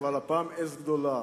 אבל הפעם עז גדולה,